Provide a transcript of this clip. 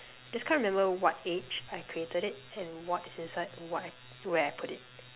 just can't remember what age I created it and what's inside and what where I put it